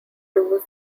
tours